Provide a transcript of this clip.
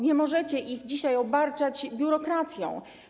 Nie możecie ich dzisiaj obarczać biurokracją.